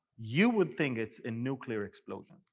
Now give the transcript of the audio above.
you would think it's a nuclear explosion.